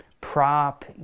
prop